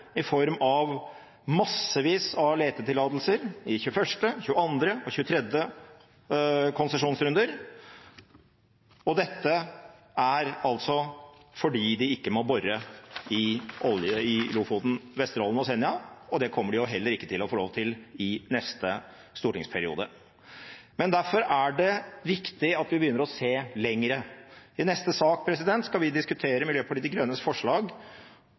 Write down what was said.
i form av massevis av letetillatelser i 21., 22. og 23. konsesjonsrunde. Dette er fordi de ikke må bore i Lofoten, Vesterålen og Senja, og det kommer de heller ikke til å få lov til i neste stortingsperiode. Derfor er det viktig at vi begynner å se lengre. I neste sak skal vi diskutere Miljøpartiet De Grønnes forslag